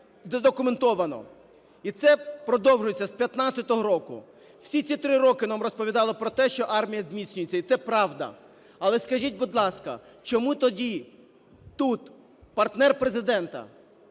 задокументоване і це продовжується з 15-го року. Всі ці три роки нам розповідали про те, що армія зміцнюється і це правда. Але скажіть, будь ласка, чому тоді тут партнер Президента,